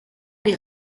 les